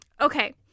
Okay